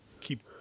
keep